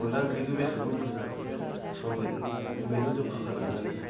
अनला ओंख्रिखौ बेसेबां बुरजा संगोन बेनि जखाखौ लानानै